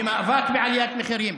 במאבק בעליית מחירים.